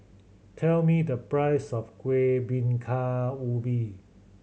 tell me the price of Kuih Bingka Ubi